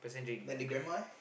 then the grandma eh